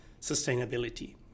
sustainability